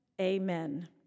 Amen